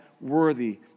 worthy